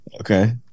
Okay